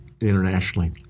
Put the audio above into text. internationally